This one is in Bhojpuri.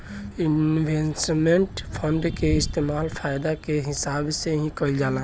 इन्वेस्टमेंट फंड के इस्तेमाल फायदा के हिसाब से ही कईल जाला